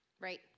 Right